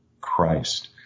Christ